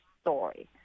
story